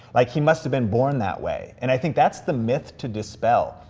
like, he must've been born that way. and i think that's the myth to dispel.